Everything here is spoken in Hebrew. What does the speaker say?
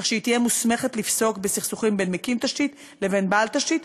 כך שהיא תהיה מוסמכת לפסוק בסכסוכים בין מקים תשתית לבין בעל תשתית,